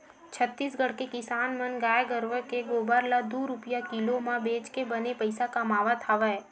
छत्तीसगढ़ के किसान मन गाय गरूवय के गोबर ल दू रूपिया किलो म बेचके बने पइसा कमावत हवय